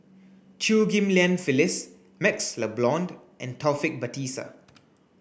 Chew Ghim Lian Phyllis MaxLe Blond and Taufik Batisah